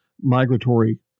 migratory